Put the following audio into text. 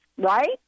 right